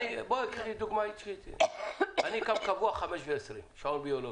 אני קם קבוע ב-5:20, שעון ביולוגי.